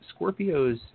Scorpios